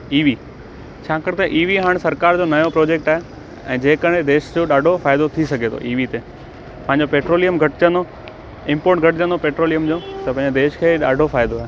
EV छाकाणि त EV हाणे सरकारि जो नयों प्रोजेक्ट आहे ऐं जे करे देश जो ॾाढो फ़ाइदो थी सघे थो ईवी ते पंहिंजो पेट्रोलीयम घटिजंदो इंपोर्ट घटिजंदो पेट्रोलीयम जो त पंहिंजे देश खे ॾाढो फ़ाइदो आहे